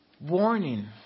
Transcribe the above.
warning